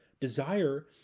desire